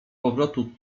powrotu